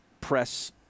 press